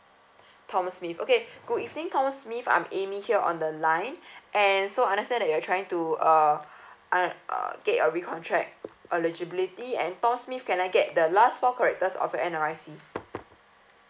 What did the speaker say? tom smith okay good evening tom smith I'm amy here on the line and so I understand that you are trying to uh uh uh get your recontract eligibility and tom smith can I get the last four characters of you N_R_I_C